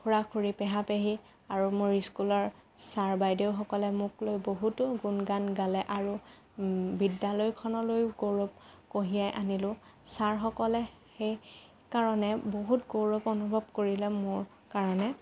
খুড়া খুড়ী পেহা পেহী আৰু মোৰ স্কুলৰ ছাৰ বাইদেউসকলে মোক লৈ বহুতো গুণ গান গালে আৰু বিদ্যালয়খনলৈয়ো গৌৰৱ কঢ়িয়াই আনিলোঁ ছাৰসকলে সেইকাৰণে বহুত গৌৰৱ অনুভৱ কৰিলে মোৰ কাৰণে